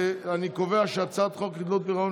אני קובע שהצעת חוק חדלות פירעון